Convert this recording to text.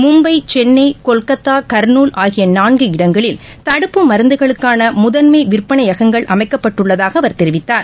மும்பை சென்னை கொல்கத்தா கர்னூல் ஆகிய நான்கு இடங்களில் தடுப்பு மருந்துகளுக்கான முதன்மை விற்பனையகங்கள் அமைக்கப்பட்டுள்ளதாக அவர் தெரிவித்தார்